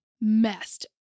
messed